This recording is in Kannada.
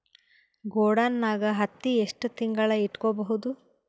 ಗೊಡಾನ ನಾಗ್ ಹತ್ತಿ ಎಷ್ಟು ತಿಂಗಳ ಇಟ್ಕೊ ಬಹುದು?